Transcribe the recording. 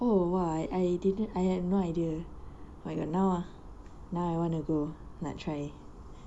oh !wah! I I didn't I had no idea but now ah I wanna go nak try